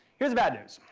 here's the bad news.